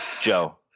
Joe